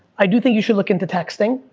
i do think you should look into texting,